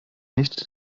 nicht